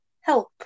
help